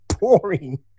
boring